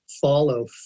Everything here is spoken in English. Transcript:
follow